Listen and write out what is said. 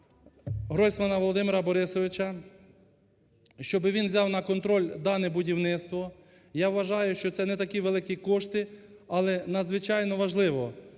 Гройсмана Володимира Борисовича, щоб він взяв на контроль дане будівництво. Я вважаю, що це не такі великі кошти, але надзвичайно важливо